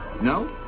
no